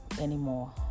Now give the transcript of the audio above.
anymore